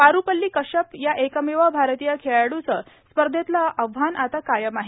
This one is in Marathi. पारूपल्ली कश्यप या एकमेव भारतीय खेळाडूचं स्पर्धेतलं आवाहन आता कायम आहे